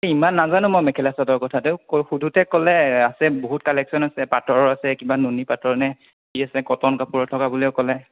ইমান নাজানো মই মেখেলা চাদৰ কথা তেওঁক সুধোঁতে ক'লে আছে বহুত কালেকশ্যন আছে পাটৰ আছে নুনি পাটৰ নে কি আছে কটন কাপোৰত থকা বুলিও ক'লে